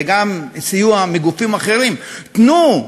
וגם סיוע מגופים אחרים: תנו,